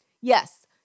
Yes